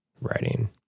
writing